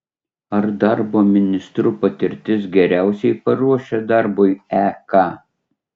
ar darbo ministru patirtis geriausiai paruošia darbui ek